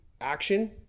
action